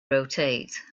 rotate